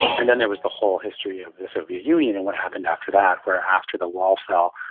and then there was the whole history of the soviet union and what happened after that, where after the wall fell,